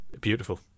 Beautiful